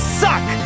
suck